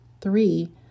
Three